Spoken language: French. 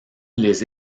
les